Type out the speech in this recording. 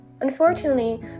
Unfortunately